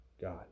God